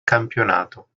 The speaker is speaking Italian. campionato